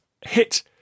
hit